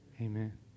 Amen